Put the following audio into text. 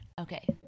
Okay